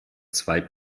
zwei